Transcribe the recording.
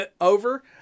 over